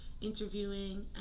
interviewing